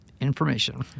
information